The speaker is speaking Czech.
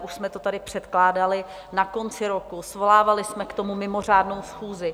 Už jsme to tady předkládali na konci roku, svolávali jsme k tomu mimořádnou schůzi.